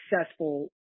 successful